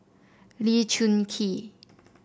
Lee Choon Kee